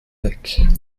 weg